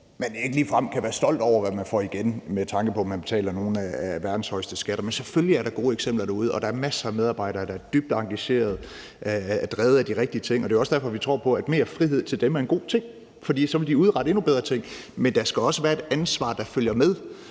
hvor man ikke ligefrem kan være stolt over, hvad man får igen, med tanke på at man betaler nogle af verdens højeste skatter. Men selvfølgelig er der gode eksempler derude, og der er masser af medarbejdere, der er dybt engagerede og er drevet af de rigtige ting. Det er jo også derfor, vi tror på, at mere frihed til dem er en god ting. For så vil de udrette endnu bedre ting. Men der skal også være et ansvar, der følger med.